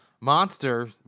Monster